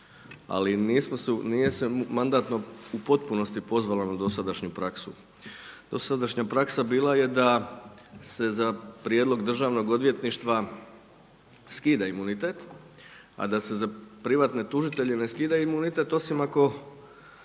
Ali nije se Mandatno u potpunosti pozvalo na dosadašnju praksu. Dosadašnja praksa bila je da se za prijedlog državnog odvjetništva skida imunitet, a da se za privatne tužitelje ne skida imunitet osim ako